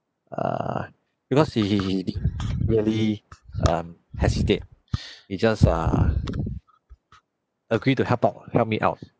err because he he he didn't really um hesitate he just err agree to help out help me out